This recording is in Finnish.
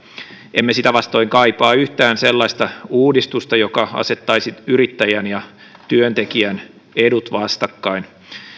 emme sitä vastoin kaipaa yhtään sellaista uudistusta joka asettaisi yrittäjän ja työntekijän edut vastakkain